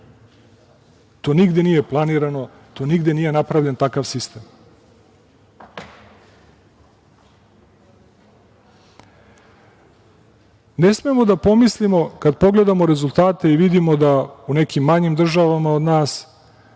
To nigde nije planirano, nigde nije napravljen takav sistem. Ne smemo da pomislimo kada pogledamo rezultate i vidimo da u nekim manjim državama od nas,